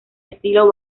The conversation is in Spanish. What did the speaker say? estilo